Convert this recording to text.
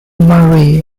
mari